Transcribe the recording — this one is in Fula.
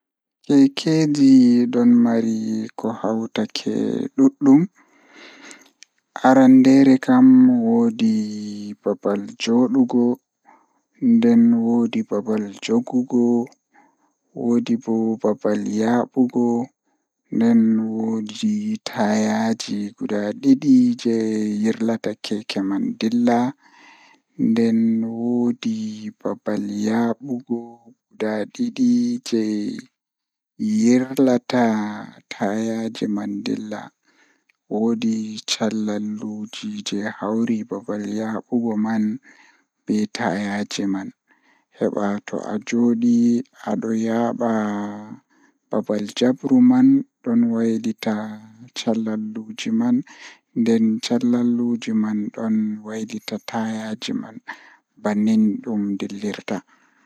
Njamaaji goɗɗo ɗum ko njoɓdi, hoore ko rewɓe njiddaade sabu njamaaji goɗɗo. Ko njoɓdi ngorko, ko rewɓe nguurndam laawol. E hoore, njamaaji waɗa ko fiyaangu kadi, rewɓe ko rewɓe ɗum ko.